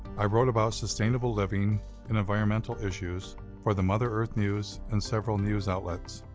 i wrote about sustainable living in environmental issues for the mother earth news and several news outlets.